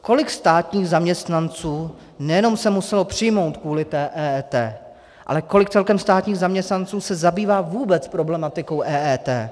Kolik státních zaměstnanců se nejenom muselo přijmout kvůli EET, ale kolik celkem státních zaměstnanců se zabývá vůbec problematikou EET?